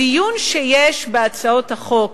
הדיון בהצעות החוק